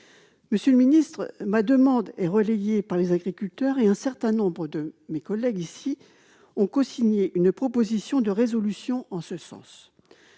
jour ... Ma démarche est relayée par les agriculteurs, et un certain nombre de mes collègues ont cosigné une proposition de résolution en ce sens.